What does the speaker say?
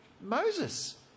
Moses